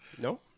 No